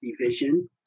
division